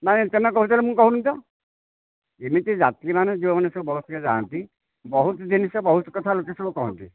ନାଇଁ ତେମେ କହୁଥିଲ ମୁଁ କହୁନି ତ ଇମିତି ଯାତ୍ରୀମାନେ ଯେଉଁମାନେ ସବୁ ବସରେ ଯାଆନ୍ତି ବହୁତ ଜିନିଷ ବହୁତ କଥା ଲୋକେ ସବୁ କହନ୍ତି